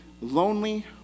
lonely